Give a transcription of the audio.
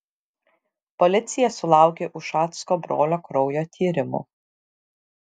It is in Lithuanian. policija sulaukė ušacko brolio kraujo tyrimų